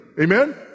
amen